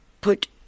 put